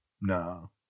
No